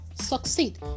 succeed